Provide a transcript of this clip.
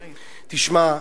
תשמע,